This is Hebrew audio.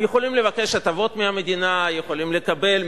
הם יכולים לבקש הטבות מהמדינה, יכולים לקבל מימון,